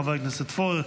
חבר הכנסת פורר,